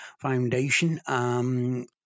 Foundation